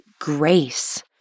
grace